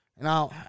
now